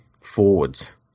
forwards